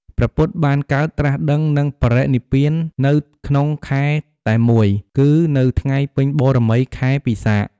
ព្រះពុទ្ធបានកើត ត្រាសដឹង និងបរិនិព្វាននៅក្នុងខែតែមួយ គឺនៅថ្ងៃពេញបូរមីខែពិសាខ ។